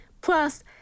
plus